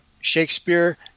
Shakespeare